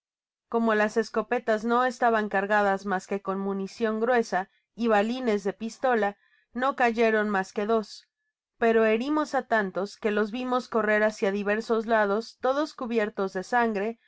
como las escopetas no estaban cargadas mas que con municion gruesa y balines de pistola no cayeron mas que dos pero herimos á tantos que los vimos correr hácia diversos lados todos cubiertos de sangre